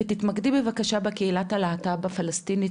ותתמקדי בבקשה בקהילת הלהט"ב הפלסטינית